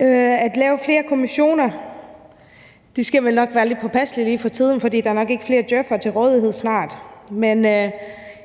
med. At lave flere kommissioner skal vi vel nok være lidt påpasselige med lige for tiden, for der er nok snart ikke flere djøf'ere til rådighed. Men